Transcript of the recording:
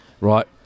Right